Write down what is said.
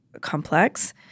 complex